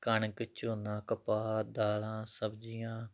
ਕਣਕ ਝੋਨਾ ਕਪਾਹ ਦਾਲਾਂ ਸਬਜ਼ੀਆਂ